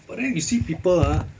but then you see people ah